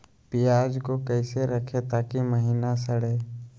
प्याज को कैसे रखे ताकि महिना सड़े?